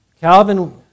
Calvin